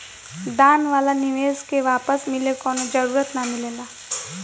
दान वाला निवेश के वापस मिले कवनो जरूरत ना मिलेला